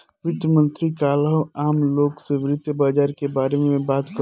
वित्त मंत्री काल्ह आम लोग से वित्त बाजार के बारे में बात करिहन